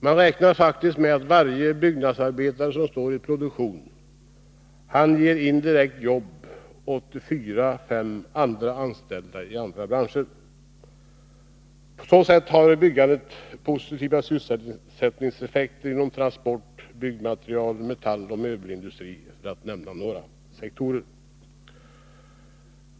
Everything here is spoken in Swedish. Man räknar faktiskt med att varje byggnadsarbetare som står i produktion indirekt ger jobb åt fyra å fem anställda i andra branscher. På så sätt har byggandet positiva sysselsättningseffekter inom transportnäringen, byggmaterial-, metalloch möbelindustrin, för att nämna några sektorer.